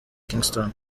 kingston